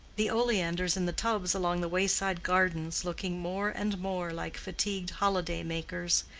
the oleanders in the tubs along the wayside gardens looking more and more like fatigued holiday-makers,